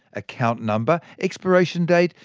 account number, expiration date,